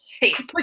hey